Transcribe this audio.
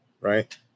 right